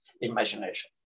imagination